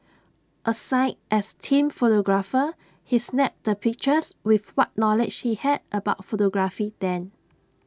assigned as team photographer he snapped the pictures with what knowledge he had about photography then